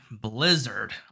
Blizzard